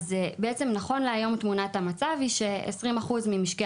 בעצם נכון להיום תמונת המצב היא ש-20% ממשקי